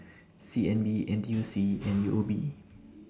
C N B N T U C and U O B